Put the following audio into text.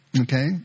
Okay